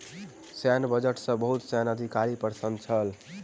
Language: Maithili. सैन्य बजट सॅ बहुत सैन्य अधिकारी प्रसन्न छल